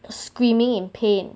screaming in pain